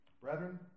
Brethren